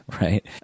right